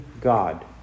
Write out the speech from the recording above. God